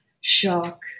shock